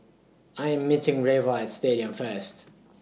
I Am meeting Reva At Stadium First